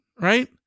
right